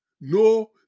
no